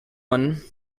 one